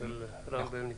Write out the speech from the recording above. רם בלניקוב.